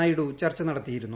നായിഡു ചർച്ച നടത്തിയിരുന്നു